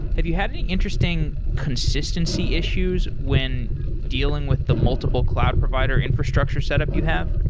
have you had any interesting consistency issues when dealing with the multiple cloud provider infrastructure setup you have?